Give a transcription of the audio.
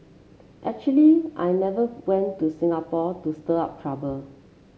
actually I never went to Singapore to stir up trouble